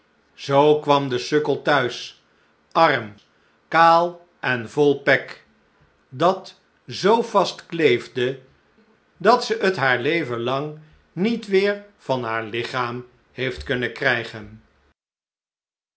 zoo kwam de sukkel t huis arm kaal en vol pek dat zoo vast kleefde dat ze het haar leven lang niet weer van haar ligchaam heeft kunnen krijgen